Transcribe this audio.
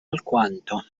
alquanto